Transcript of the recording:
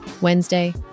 Wednesday